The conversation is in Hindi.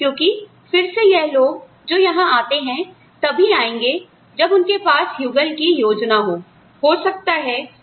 क्योंकि फिर से यह लोग जो यहां आते हैं तभी आएँगे जब उनके पास युगल की योजनाcouple's plan हो